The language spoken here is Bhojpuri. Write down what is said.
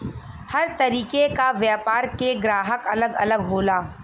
हर तरीके क व्यापार के ग्राहक अलग अलग होला